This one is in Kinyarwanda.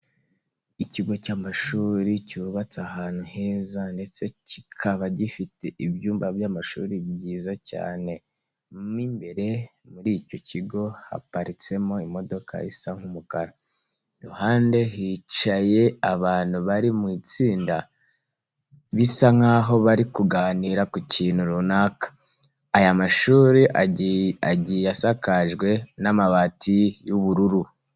Ikigo cy'amashuri cyubatse ahantu heza ndetse kikaba gifite ibyumba by'amashuri byiza cyane, mo imbere muri icyo kigo haparitsemo imodoka isa nk'umukara. iruhande hicaye abantu bari mu itsinda bisa nkaho bari kuganira ku kintu runaka. Aya mashuri agiye asakajwe amabati y'ubururu.